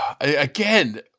again